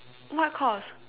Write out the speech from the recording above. what course